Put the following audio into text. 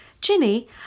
Ginny